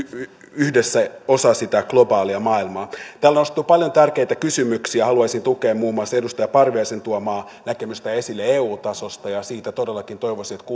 yhdessä osa sitä globaalia maailmaa täällä on nostettu paljon tärkeitä kysymyksiä haluaisin tukea muun muassa edustaja parviaisen esille tuomaa näkemystä eu tasosta ja todellakin toivoisin että